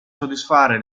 soddisfare